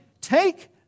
Take